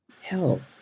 help